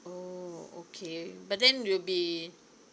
oh okay but then it will be